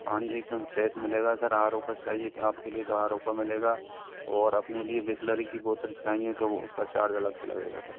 पानी एक दम फ्रेश मिलेगा सर आरो का चाहिए आपके लिए तो आरो का मिलेगा और अपने लिए बिसलरी की बोतल चाहिए तो उसका चार्ज अलग से लगेगा सर